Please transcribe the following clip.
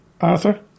Arthur